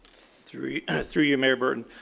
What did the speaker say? through through you, mayor burton,